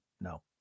no